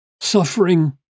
suffering